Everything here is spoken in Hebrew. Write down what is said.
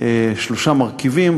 שלושה מרכיבים.